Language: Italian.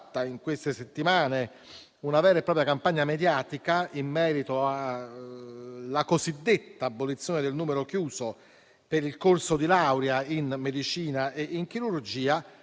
in queste settimane una vera e propria campagna mediatica in merito alla cosiddetta abolizione del numero chiuso per il corso di laurea in medicina e in chirurgia,